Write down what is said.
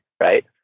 right